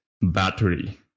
battery